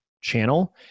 channel